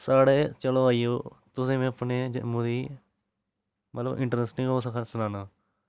साढ़े चलो आई जाओ तुसें में अपने जम्मू दी मतलव इनंटरसटिंग ओह् सनाना